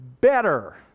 better